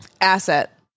Asset